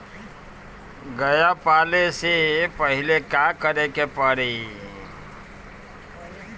गया पाले से पहिले का करे के पारी?